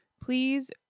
please